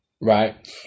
right